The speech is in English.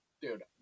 dude